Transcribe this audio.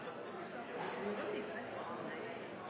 president